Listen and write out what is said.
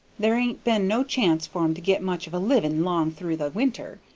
there ain't been no chance for em to get much of a living long through the winter,